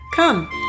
Come